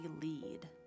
lead